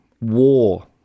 war